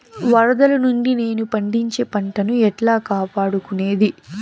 వరదలు నుండి నేను పండించే పంట ను ఎట్లా కాపాడుకునేది?